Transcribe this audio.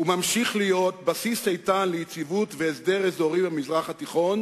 וממשיך להיות בסיס איתן ליציבות והסדר אזורי במזרח התיכון,